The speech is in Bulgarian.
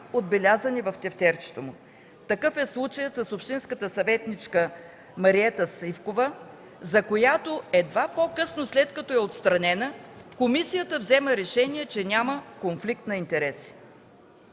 отбелязани в тефтерчето му. Такъв е случаят с общинската съветничка Мариета Сивкова, за която едва по-късно, след като е отстранена, комисията взема решение, че няма конфликт на интереси.